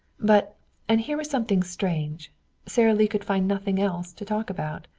but and here was something strange sara lee could find nothing else to talk about.